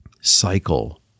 cycle